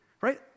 right